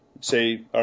say